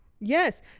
Yes